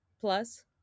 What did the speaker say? plus